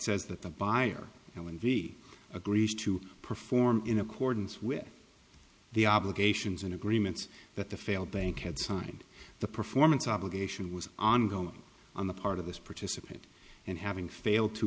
says that the buyer and when he agrees to perform in accordance with the obligations and agreements that the failed bank had signed the performance obligation was ongoing on the part of this participant and having failed to